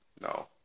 No